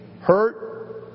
hurt